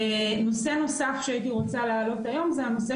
נושא נוסף שהייתי רוצה להעלות היום הוא הנושא